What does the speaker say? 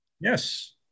Yes